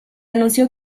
anunció